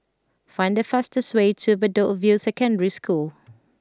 find the fastest way to Bedok View Secondary School